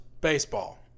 baseball